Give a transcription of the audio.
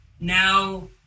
now